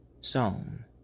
Psalm